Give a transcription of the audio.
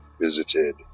visited